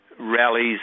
Rallies